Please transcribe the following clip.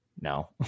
no